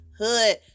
hood